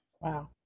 Wow